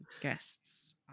guests